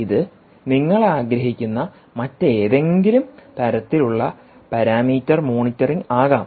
ഇത് നിങ്ങൾ ആഗ്രഹിക്കുന്ന മറ്റേതെങ്കിലും തരത്തിലുള്ള പാരാമീറ്റർ മോണിറ്ററിംഗ് ആകാം